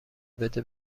بده